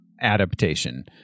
adaptation